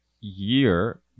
year